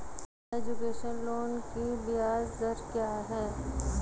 Education loan की ब्याज दर क्या है?